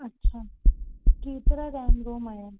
अच्छा केतिरा RAM ROM आहे